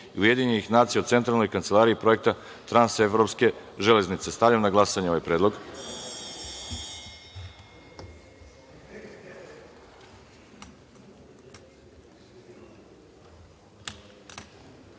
i Ujedinjenih nacija u Centralnoj kancelariji Projekta trans-evropske železnice. Stavljam na glasanje ovaj